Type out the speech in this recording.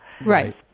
Right